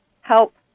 help